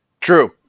True